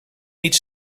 niet